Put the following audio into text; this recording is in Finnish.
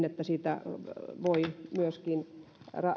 että sitä voi liikennöidä